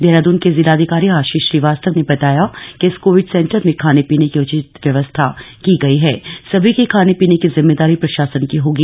देहरादन के जिलाधिकारी आशीष श्रीवास्तव ने बताया कि इस कोविड सेंटर में खाने पीने की उचित व्यवस्था की गई हण सभी के खाने पीने की जिम्मेदारी प्रशासन की होगी